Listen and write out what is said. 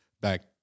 back